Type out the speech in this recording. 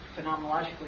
phenomenologically